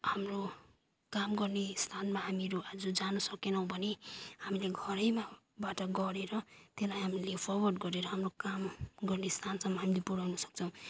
हाम्रो काम गर्ने स्थानमा हामीहरू आज जान सकेनौँ भने हामीले घरैमाबाट गरेर त्यसलाई हामीले फर्वर्ड गरेर हाम्रो काम गर्ने स्थानसम्म हामीले पुऱ्याउनु सक्छौँ